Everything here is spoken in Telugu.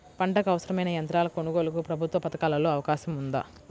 పంటకు అవసరమైన యంత్రాల కొనగోలుకు ప్రభుత్వ పథకాలలో అవకాశం ఉందా?